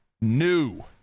new